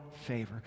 favor